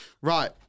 Right